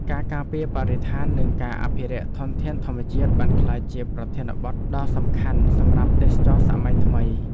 ការការពារបរិស្ថាននិងការអភិរក្សធនធានធម្មជាតិបានក្លាយជាប្រធានបទដ៏សំខាន់សម្រាប់ទេសចរណ៍សម័យថ្មី។